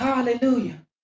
Hallelujah